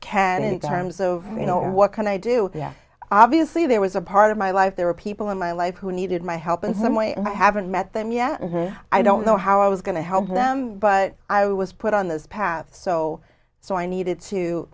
can in terms of you know what can i do yeah obviously there was a part of my life there were people in my life who needed my help in some way and i haven't met them yet i don't know how i was going to help them but i was put on this path so so i needed to